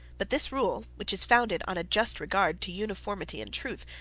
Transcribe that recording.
but this rule, which is founded on a just regard to uniformity and truth,